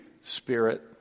spirit